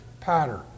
pattern